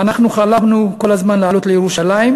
אנחנו חלמנו כל הזמן לעלות לירושלים.